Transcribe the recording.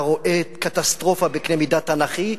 אתה עדיין רואה קטסטרופה בקנה מידה תנכ"י,